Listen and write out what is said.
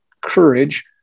courage